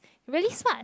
really smart